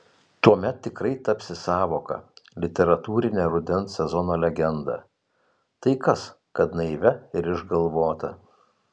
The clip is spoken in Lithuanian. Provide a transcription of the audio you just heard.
tuomet tikrai tapsi sąvoka literatūrine rudens sezono legenda tai kas kad naivia ir išgalvota